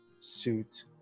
suit